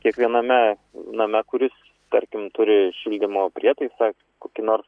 kiekviename name kuris tarkim turi šildymo prietaisą kokį nors